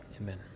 Amen